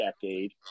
decade